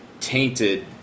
tainted